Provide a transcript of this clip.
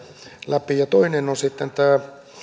läpi ja toinen on sitten tämä